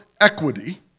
equity